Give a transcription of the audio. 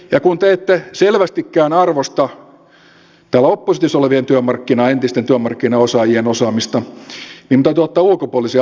ja kun te ette selvästikään arvosta täällä oppositiossa olevien työmarkkinaosaamista entisten työmarkkinaosaajien osaamista niin nyt täytyy ottaa ulkopuolisia auktoriteetteja avuksi